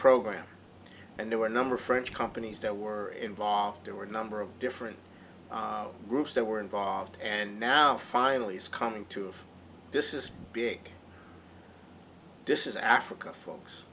program and there were a number of french companies that were involved there were a number of different groups that were involved and now finally it's coming to this is big this is africa folks